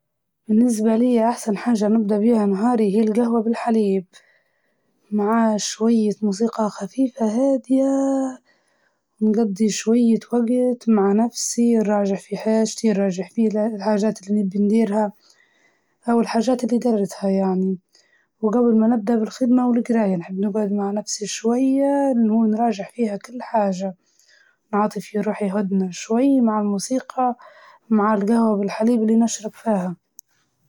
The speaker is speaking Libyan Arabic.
أفضل طريقة نبدأ فيها يومي هي بفطور خفيف، وقهوة مع شوية موسيقى هادئة، ونحط جدول للحاجات اللي نبي نديرها في اليوم.